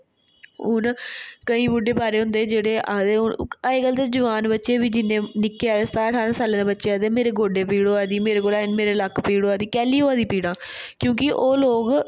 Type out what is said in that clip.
हून केईं बुड्ड़े बारे होंदे कि जेह्ड़े आखदे हून अजकल्ल ते जवान बच्चे बी जिन्ने निक्के सतारां ठारां सालें बच्चें आखदे मेरे गोडे पीड़ होआ दी मेरे कोला मेरे लक्क पीड़ होआ दी कैल्ली होआ दी पीड़ क्योकि ओह् लोक